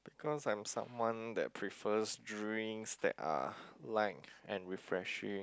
because I'm someone that prefers drinks that are light and refreshing